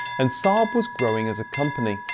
and saab was growing as a company.